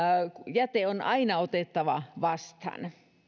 jäte on aina otettava vastaan